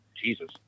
Jesus